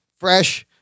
fresh